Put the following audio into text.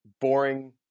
boring